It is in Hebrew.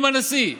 עם הנשיא,